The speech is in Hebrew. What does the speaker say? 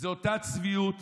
זו אותה צביעות